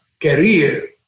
career